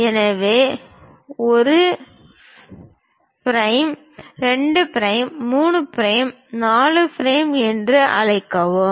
எனவே 1 prime 2 prime 3 prime 4 prime என்று அழைப்போம்